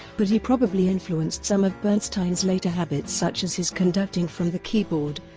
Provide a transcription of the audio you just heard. but he probably influenced some of bernstein's later habits such as his conducting from the keyboard,